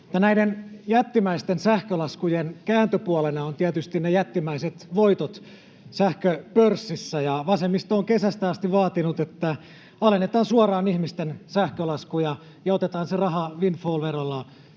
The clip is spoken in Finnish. Näiden jättimäisten sähkölaskujen kääntöpuolena ovat tietysti jättimäiset voitot sähköpörssissä, ja vasemmisto on kesästä asti vaatinut, että alennetaan suoraan ihmisten sähkölaskuja ja otetaan se raha windfall-verolla